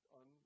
on